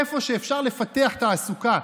איפה שאפשר לפתח תעסוקה.